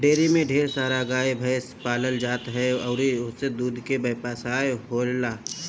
dairy में ढेर सारा गाए भइस पालल जात ह अउरी ओसे दूध के व्यवसाय होएला